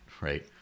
Right